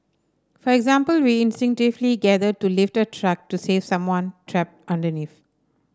for example we instinctively gather to lift a truck to save someone trapped underneath